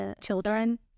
children